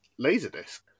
Laserdisc